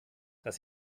das